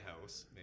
house